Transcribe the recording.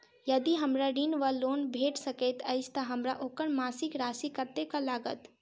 यदि हमरा ऋण वा लोन भेट सकैत अछि तऽ हमरा ओकर मासिक राशि कत्तेक लागत?